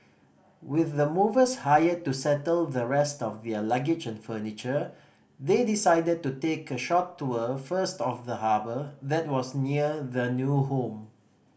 with the movers hired to settle the rest of their luggage and furniture they decided to take a short tour first of the harbour that was near their new home